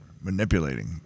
Manipulating